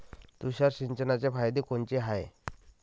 तुषार सिंचनाचे फायदे कोनचे हाये?